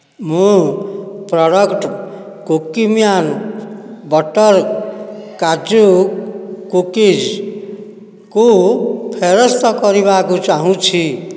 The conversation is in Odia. ମୁଁ ପ୍ରଡ଼କ୍ଟ୍ କୁକିମ୍ୟାନ ବଟର୍ କାଜୁ କୁକିଜ୍କୁ ଫେରସ୍ତ କରିବାକୁ ଚାହୁଁଛି